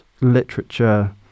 literature